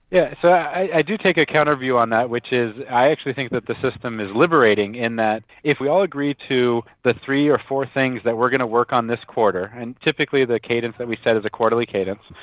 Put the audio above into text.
yeah so i do take a counter view on that, which is i actually think that the system is liberating in that if we all agree to the three or four things that we are going to work on this quarter, and typically the cadence that we set is a quarterly cadence,